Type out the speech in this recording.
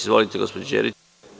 Izvolite, gospođo Đerić.